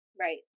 Right